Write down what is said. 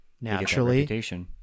naturally